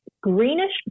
greenish